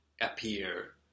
appear